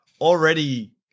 already